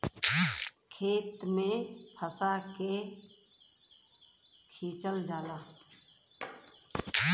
खेत में फंसा के खिंचल जाला